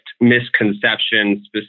misconceptions